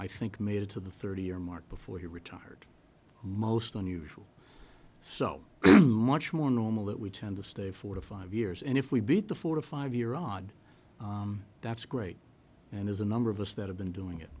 i think made it to the thirty year mark before he retired most unusual so much more normal that we tend to stay four to five years and if we beat the forty five year od that's great and is a number of us that have been doing it